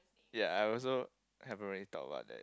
ya I also haven't really thought about that